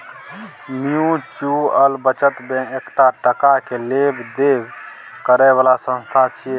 mutual बचत bank एकटा टका के लेब देब करे बला संस्था छिये